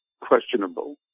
questionable